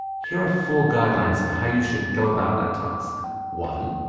here are four guidelines for how you should go about that task one,